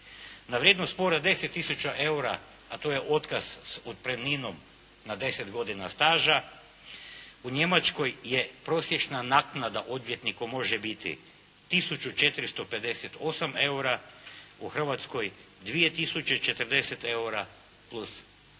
Na vrijednost spora od 10 tisuća eura a to je otkaz s otpremninom na deset godina staža u Njemačkoj je prosječna naknada odvjetniku može biti tisuću 458 eura a u Hrvatskoj 2 tisuće 40 eura plus PDV.